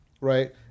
right